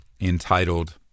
entitled